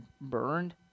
burned